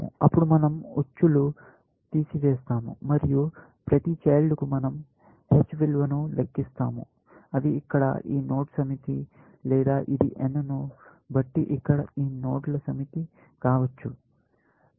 అప్పుడు మనం ఉచ్చులు తీసివేస్తాము మరియు ప్రతి చైల్డ్ కు మనం h విలువలు ను లెక్కిస్తాము అవి ఇక్కడ ఈ నోడ్ల సమితి లేదా ఇది n ను బట్టి ఇక్కడ ఈ నోడ్ల సమితి కావచ్చు